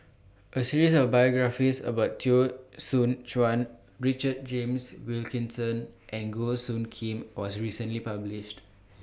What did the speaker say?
A series of biographies about Teo Soon Chuan Richard James Wilkinson and Goh Soo Khim was recently published